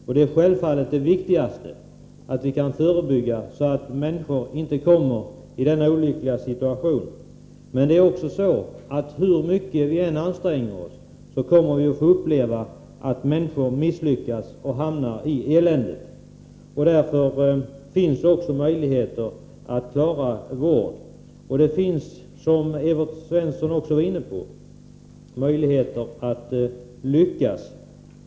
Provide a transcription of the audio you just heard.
Ja, självfallet är det viktigaste att bedriva ett förebyggande arbete, så att människor inte hamnar i denna olyckliga situation. Men hur vi än anstränger oss kommer vi att få uppleva att människor misslyckas och hamnar i det elände som alkoholoch narkotikamissbruk innebär. Därför är det också nödvändigt med vård. Som också Evert Svensson sade finns det möjligheter att lyckas.